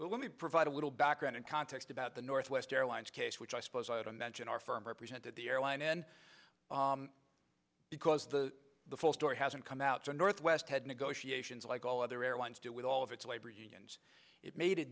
but let me provide a little background and context about the northwest airlines case which i suppose i would imagine our firm represented the airline because the full story hasn't come out so northwest had negotiation like all other airlines do with all of its labor unions it made a